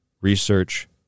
Research